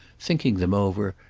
thinking them over,